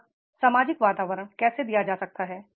वह सामाजिक वातावरण कैसे दिया जा सकता है